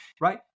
right